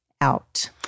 out